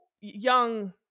young